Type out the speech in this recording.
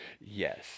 Yes